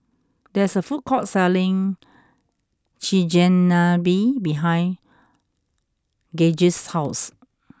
there is a food court selling Chigenabe behind Gauge's house